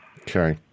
Okay